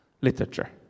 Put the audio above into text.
literature